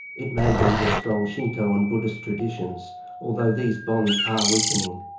it may be the strong shinto and buddhist traditions although these bonds are weakening.